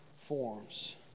forms